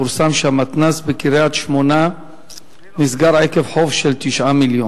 פורסם שהמתנ"ס בקריית-שמונה נסגר עקב חוב של 9 מיליון.